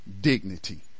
dignity